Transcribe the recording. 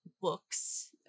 books